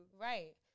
Right